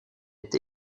est